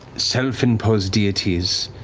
self-imposed deities?